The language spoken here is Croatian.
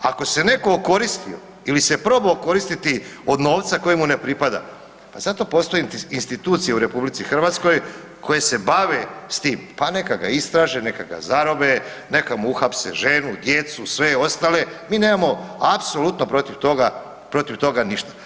Ako se neko okoristio ili se probao okoristiti od novca koji mu ne pripada, pa zato postoji institucije u RH koje se bave s tim, pa neka ga istraže, neka ga zarobe, neka mu uhapse ženu, djecu, sve ostale, mi nemamo apsolutno protiv toga ništa.